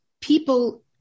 people